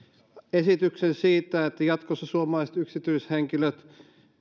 esityksen siitä että jatkossa suomalaiset yksityishenkilöt